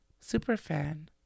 superfan